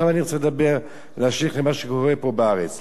עכשיו אני רוצה לדבר, להשליך למה שקורה פה בארץ.